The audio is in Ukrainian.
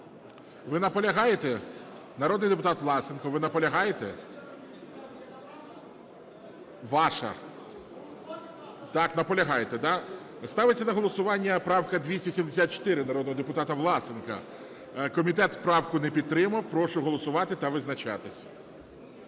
Ви наполягаєте? Народний депутат Власенко, ви наполягаєте? Ваша. Так, наполягаєте, да. Ставиться на голосування правка 274, народного депутата Власенка. Комітет правку не підтримав. Прошу голосувати та визначатись.